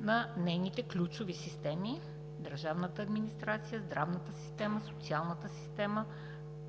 на нейните ключови системи – държавната администрация, здравната система, социалната система,